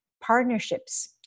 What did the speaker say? partnerships